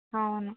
అవును